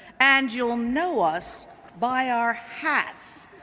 and you'll know us by our hats.